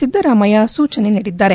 ಸಿದ್ದರಾಮಯ್ನ ಸೂಚನೆ ನೀಡಿದ್ದಾರೆ